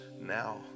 now